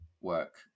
work